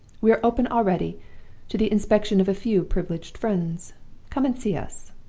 we are open already to the inspection of a few privileged friends come and see us.